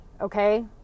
okay